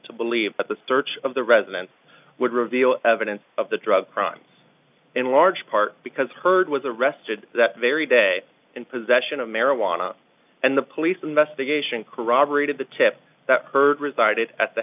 to believe that the search of the residence would reveal evidence of the drug crime in large part because heard was arrested that very day in possession of marijuana and the police investigation corroborated the tip that heard